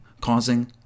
causing